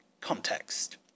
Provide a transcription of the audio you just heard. Context